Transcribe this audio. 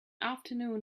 afternoon